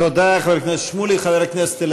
תודה, חבר הכנסת שמולי.